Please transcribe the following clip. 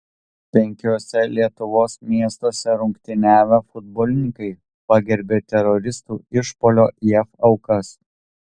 penkiuose lietuvos miestuose rungtyniavę futbolininkai pagerbė teroristų išpuolio jav aukas